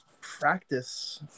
practice